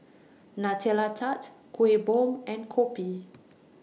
Nutella Tart Kueh Bom and Kopi